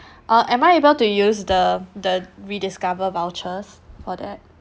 uh am I able to use the the rediscover vouchers for that